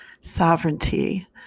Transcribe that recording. sovereignty